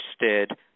interested